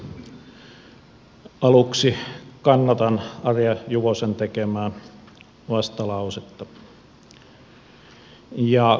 aluksi kannatan arja juvosen tekemää vastalausetta